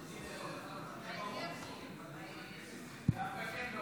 דווקא כן ברור.